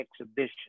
exhibition